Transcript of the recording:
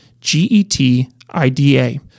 G-E-T-I-D-A